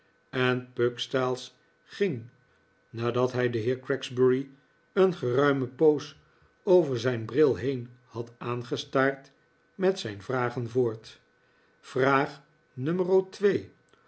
en pugstyles ging nadat hij den heer gregsbury een geruime poos over zijn bril heen had aangestaard met zijn vragen voort vraag